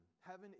Heaven